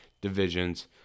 divisions